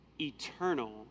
eternal